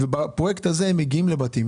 במסגרת הפרויקט הזה הם מגיעים לבתים